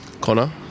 Connor